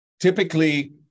Typically